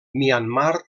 myanmar